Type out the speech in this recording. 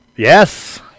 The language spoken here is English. Yes